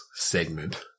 segment